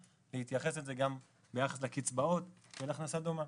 להתייחס לזה גם ביחס לקצבאות כאל הכנסה דומה.